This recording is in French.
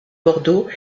bordeaux